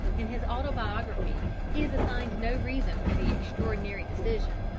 in his autobiography he has assigned no reason for the extraordinary decision.